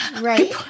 Right